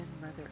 Mother